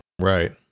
right